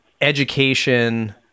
education